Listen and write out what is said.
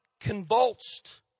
convulsed